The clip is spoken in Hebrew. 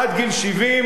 עד גיל 70,